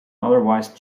otherwise